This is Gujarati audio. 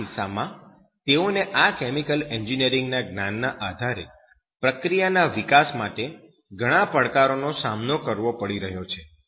આ કિસ્સામાં તેઓને આ કેમિકલ એન્જિનિયરિંગના જ્ઞાનના આધારે પ્રક્રિયાના વિકાસ માટે ઘણા પડકારોનો સામનો કરવો પડી રહ્યો છે